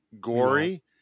gory